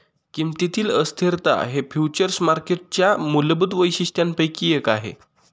किमतीतील अस्थिरता हे फ्युचर्स मार्केटच्या मूलभूत वैशिष्ट्यांपैकी एक आहे